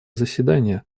заседания